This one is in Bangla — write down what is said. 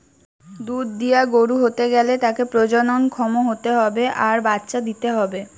দুধ দিয়া গরু হতে গ্যালে তাকে প্রজনন ক্ষম হতে হবে আর বাচ্চা দিতে হবে